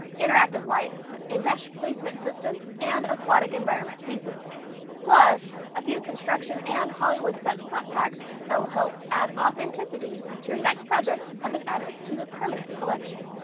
interactive lights, a mesh placement system, and aquatic environment pieces plus a few construction and hollywood set prep packs that will help add authenticity to your next project have been added to the permanent collection.